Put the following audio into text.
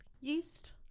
yeast